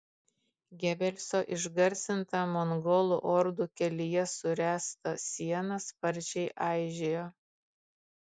gebelso išgarsinta mongolų ordų kelyje suręsta siena sparčiai aižėjo